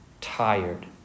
tired